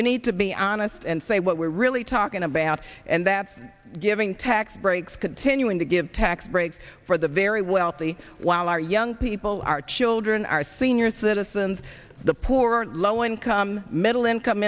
we need to be honest and say what we're really talking about and that's giving tax breaks continuing to give tax breaks for the very wealthy while our young people our children our senior citizens the poor low income middle income